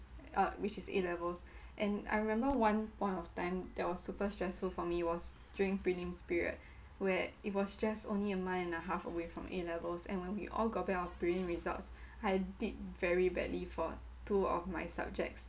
uh which is A levels and I remember one one point of time that was super stressful for me was during prelims period where it was just only a month and a half away from A levels and when we all got back our prelim results I did very badly for two of my subjects